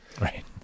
Right